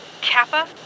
Kappa